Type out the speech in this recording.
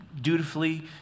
dutifully